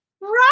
Right